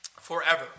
forever